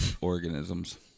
organisms